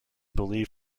believed